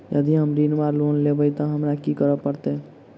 यदि हम ऋण वा लोन लेबै तऽ हमरा की करऽ पड़त?